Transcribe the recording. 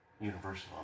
universal